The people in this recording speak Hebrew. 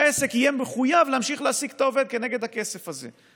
והעסק יהיה מחויב להמשיך להעסיק את העובד כנגד הכסף הזה,